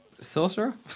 sorcerer